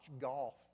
golf